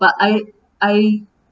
but I I